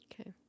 Okay